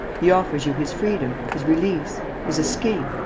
he offers you his freedom, his release, his escape,